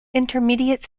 intermediate